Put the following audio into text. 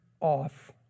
off